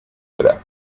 ntra